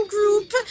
Group